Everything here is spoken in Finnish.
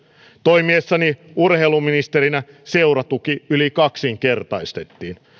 toimiessani urheiluministerinä seuratuki yli kaksinkertaistettiin